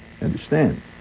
Understand